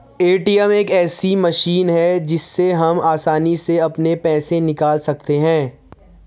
ATM एक ऐसी machine है जिससे हम आसानी से अपने पैसे निकाल सकते हैं